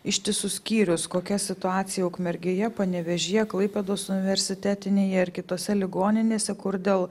ištisus skyrius kokia situacija ukmergėje panevėžyje klaipėdos universitetinėje ir kitose ligoninėse kur dėl